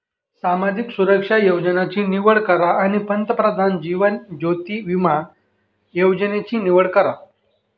सामाजिक सुरक्षा योजनांची निवड करा आणि प्रधानमंत्री जीवन ज्योति विमा योजनेची निवड करा